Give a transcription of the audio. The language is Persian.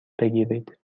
بگیرید